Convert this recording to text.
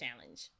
challenge